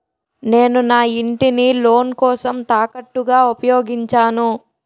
నేను నా ఇంటిని లోన్ కోసం తాకట్టుగా ఉపయోగించాను